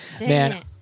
Man